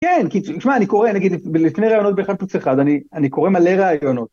כן, תשמע, אני קורא, נגיד, לפני ראיונות ב-1 פלוס 1, אני קורא מלא ראיונות.